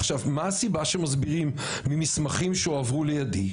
עכשיו, מה הסיבה שמסבירים ממסמכים שהועברו לידי?